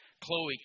Chloe